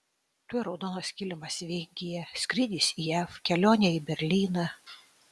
tuoj raudonas kilimas vingyje skrydis į jav kelionė į berlyną